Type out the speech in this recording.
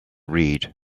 read